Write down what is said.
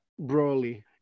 Broly